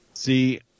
See